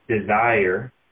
desire